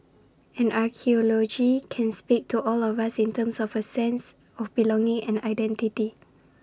and archaeology can speak to all of us in terms of A sense of belonging and identity